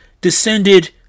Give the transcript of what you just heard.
descended